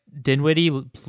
Dinwiddie